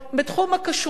בתחום הכשרות.